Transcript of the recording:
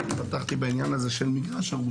בגלל הפערים הכלכליים הגדולים,